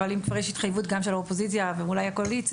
אבל אם כבר יש התחייבות גם של האופוזיציה ואולי הקואליציה,